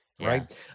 Right